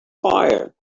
fire